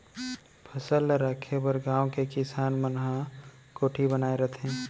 फसल ल राखे बर गाँव के किसान मन ह कोठी बनाए रहिथे